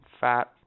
fat